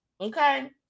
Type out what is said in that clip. Okay